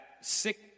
six